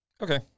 okay